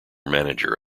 manager